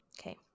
Okay